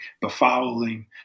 befouling